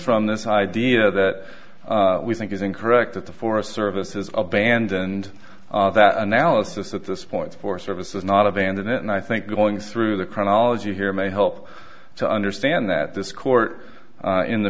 from this idea that we think is incorrect that the forest service has abandoned that analysis at this point for services not abandon it and i think going through the chronology here may help to understand that this court in the